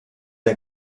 der